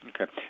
Okay